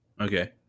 Okay